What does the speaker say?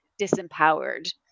disempowered